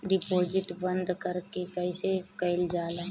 Deposit बंद कैसे कैल जाइ?